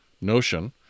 notion